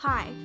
Hi